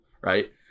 right